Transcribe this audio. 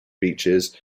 beaches